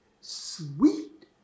sweet